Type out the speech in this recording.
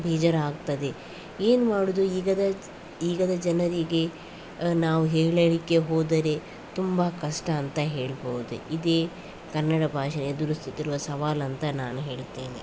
ಬೇಜಾರು ಆಗ್ತದೆ ಏನು ಮಾಡೋದು ಈಗ ಈಗ ಜನರಿಗೆ ನಾವು ಹೇಳಲಿಕ್ಕೆ ಹೋದರೆ ತುಂಬ ಕಷ್ಟ ಅಂತ ಹೇಳ್ಬಹುದೆ ಇದೆ ಕನ್ನಡ ಭಾಷೆ ಎದುರಿಸುತ್ತಿರುವ ಸವಾಲು ಅಂತ ನಾನು ಹೇಳ್ತೀನಿ